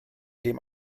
dem